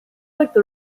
like